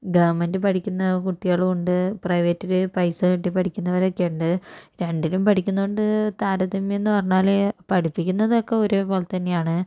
ഗവണ്മെന്റില് പഠിക്കുന്ന കുട്ടികളുമുണ്ട് പ്രൈവറ്റില് പൈസ കെട്ടി പഠിക്കുന്നവരെക്കെയുണ്ട് രണ്ടിലും പഠിക്കുന്നുണ്ട് താരതമ്യം എന്നു പറഞ്ഞാല് പഠിപ്പിക്കുന്നതൊക്കെ ഒരേ പോലെ തന്നെയാണ്